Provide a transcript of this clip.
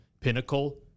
Pinnacle